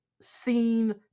seen